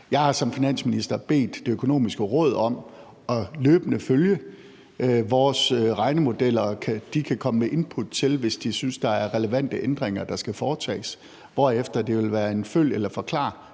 Jeg har som finansminister bedt Det Økonomiske Råd om løbende at følge vores regnemodeller, og de kan komme med input til det, hvis de synes, der er relevante ændringer, der skal foretages, hvorefter det vil være en følg eller forklar-tilgang